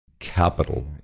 capital